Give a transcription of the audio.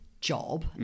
job